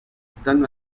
están